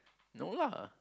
no lah